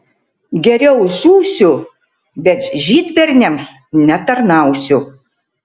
geriau žūsiu bet žydberniams netarnausiu